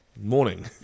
Morning